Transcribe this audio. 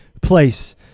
place